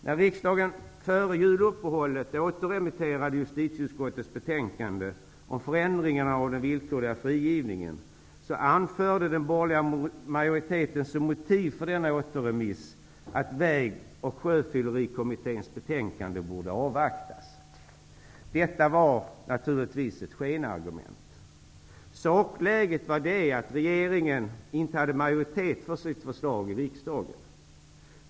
När riksdagen före juluppehållet återremitterade justitieutskottets betänkande om förändringar av den villkorliga frigivningen anförde den borgerliga majoriteten som motiv för denna återremiss att Väg och sjöfyllerikommitténs betänkande borde avvaktas. Detta var naturligtvis ett skenargument. Sakläget var det att regeringen inte hade majoritet för sitt förslag i riksdagen.